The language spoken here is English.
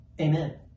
Amen